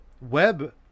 Web